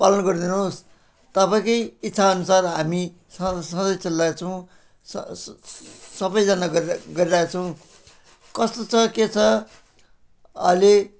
पालन गरिदिनु होस् तपाईँकै इच्छा अनुसार हामी स सधैँ चलिरहेका छौँ स स सबैजना गरिरहेको गरिरहेछौँ कस्तो छ के छ अहिले